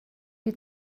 die